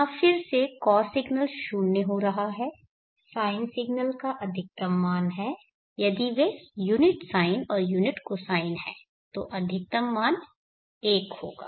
यहां फिर से कॉस सिग्नल 0 हो रहा है साइन सिग्नल का अधिकतम मान है यदि वे यूनिट साइन और यूनिट कोसाइन हैं तो अधिकतम मान 1 होगा